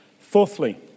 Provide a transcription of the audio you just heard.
Fourthly